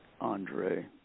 Andre